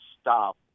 stop